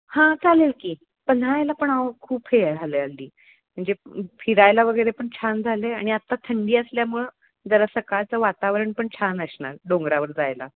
हां चालेल की पन्हाळ्याला पण आहो खूप हे आलं आहे हल्ली म्हणजे फिरायला वगैरे पण छान झालं आहे आणि आत्ता थंडी असल्यामुळं जरा सकाळचं वातावरण पण छान असणार डोंगरावर जायला